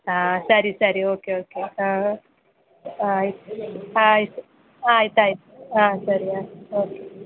ಹಾಂ ಸರಿ ಸರಿ ಓಕೆ ಓಕೆ ಹಾಂ ಆಯ್ತು ಆಯ್ತು ಆಯ್ತು ಆಯ್ತು ಹಾಂ ಸರಿ ಆಯ್ತು ಓಕೆ